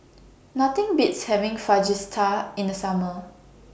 Nothing Beats having Fajitas in The Summer